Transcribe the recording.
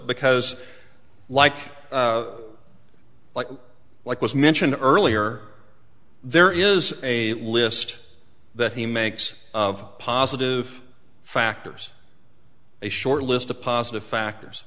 because like like like was mentioned earlier there is a list that he makes of positive factors a short list of positive factors